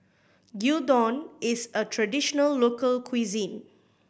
gyudon is a traditional local cuisine